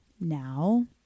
Now